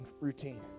routine